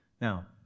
Now